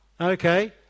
Okay